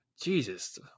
Jesus